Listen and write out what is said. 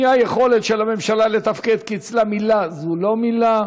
האי-יכולת של הממשלה לתפקד כי אצלה מילה היא כבר לא מילה,